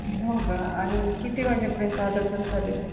हो का आणि किती वाजेपर्यंत आलं तरी चालेल